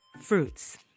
fruits